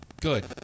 good